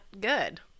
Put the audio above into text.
good